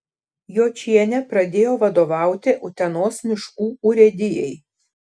jočienė pradėjo vadovauti utenos miškų urėdijai